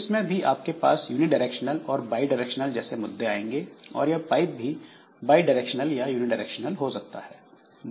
इसमें भी आपके पास यूनिडायरेक्शनल और बाय डायरेक्शनल जैसे मुद्दे आएंगे और यह पाइप भी बाय डायरेक्शनल या यूनिडायरेक्शनल हो सकता है